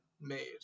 made